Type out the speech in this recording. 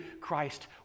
Christ